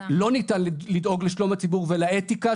לא ניתן לדאוג לשלום הציבור ולאתיקה,